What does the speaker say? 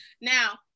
Now